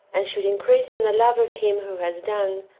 and should increase in the love of him who has done,